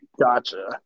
Gotcha